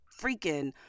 freaking